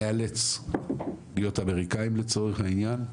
נאלץ להיות אמריקאים לצורך העניין,